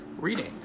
reading